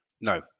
No